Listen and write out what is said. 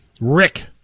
Rick